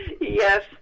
yes